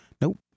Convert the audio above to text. nope